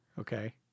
Okay